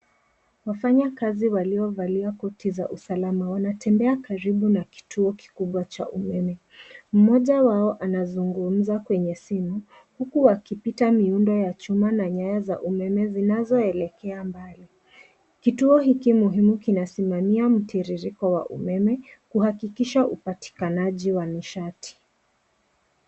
Wafanyakazi waliovalia koti za usalama, wanatembea karibu na kituo kikubwa cha umeme. Mmoja wao anazungumza kwenye simu, huku akipita miundo ya chuma na nyaya za umeme, zinazoelekea mbali. Kituo hiki muhimu kinasimamia mtiririko wa umeme, kuhakikisha upatikanaji wa nishati.